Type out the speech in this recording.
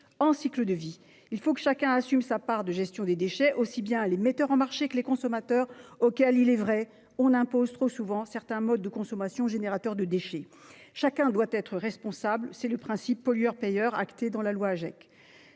de cycle de vie. Il faut que chacun assume sa part dans la gestion des déchets, aussi bien les metteurs sur le marché que les consommateurs, auxquels- il est vrai -on impose trop souvent certains modes de consommation générateurs de rebuts. Chacun doit être responsable. Ce principe est celui du pollueur-payeur, acté dans la loi Agec.